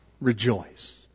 Rejoice